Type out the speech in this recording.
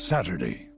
Saturday